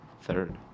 Third